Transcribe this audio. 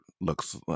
looks